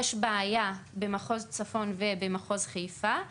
יש בעיה במחוז צפון ובמחוז חיפה,